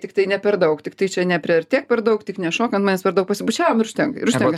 tiktai ne per daug tiktai čia nepriartėk per daug tik nešok ant manęs per daug pasibučiavom ir užtenka ir užtenka